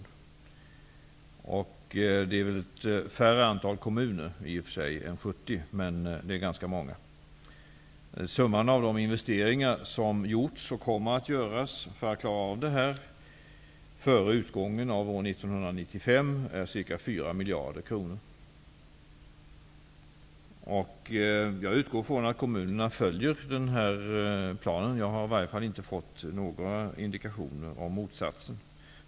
I och för sig är antalet berörda kommuner färre än 70, men de är ganska många. Summan av de investeringar som har gjorts och som kommer att göras för att klara detta före utgången av år 1995 är ca 4 miljarder kronor. Jag utgår från att kommunerna följer denna plan. Jag har i alla fall inte fått några indikationer på motsatsen.